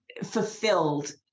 fulfilled